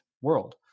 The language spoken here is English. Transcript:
world